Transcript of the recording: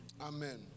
Amen